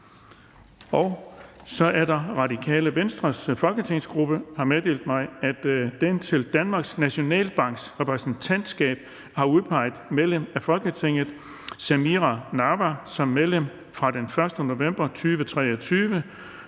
Radikale Venstres folketingsgruppe har meddelt mig, at den til Danmarks Nationalbanks Repræsentantskab har udpeget medlem af Folketinget Samira Nawa som medlem fra den 1. november 2023